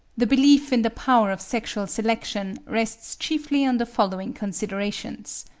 the belief in the power of sexual selection rests chiefly on the following considerations.